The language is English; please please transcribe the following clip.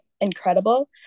incredible